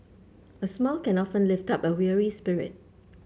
a smile can often lift up a weary spirit